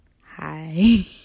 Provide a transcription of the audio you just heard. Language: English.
Hi